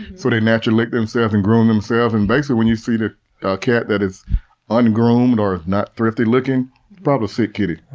so they naturally lick themselves and groom themselves. and basically when you see the cat that is ungroomed or not thrifty looking probably a sick kitty.